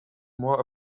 more